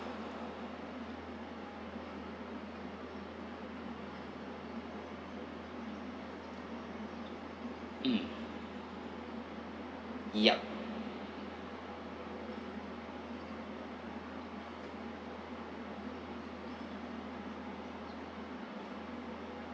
mm yup